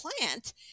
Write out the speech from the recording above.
plant